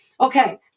Okay